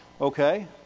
okay